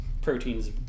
proteins